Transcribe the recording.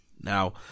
now